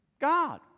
God